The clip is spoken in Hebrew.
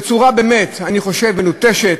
בצורה, באמת, אני חושב, מלוטשת,